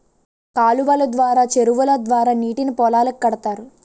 కాలువలు ద్వారా చెరువుల ద్వారా నీటిని పొలాలకు కడతారు